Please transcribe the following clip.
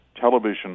television